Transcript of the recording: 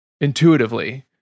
intuitively